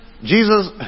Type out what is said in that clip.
Jesus